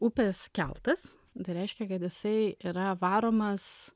upės keltas tai reiškia kad jisai yra varomas